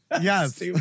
yes